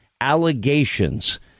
allegations